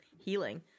healing